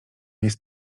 jest